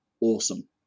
Awesome